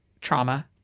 trauma